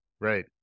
right